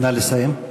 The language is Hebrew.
נא לסיים.